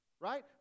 Right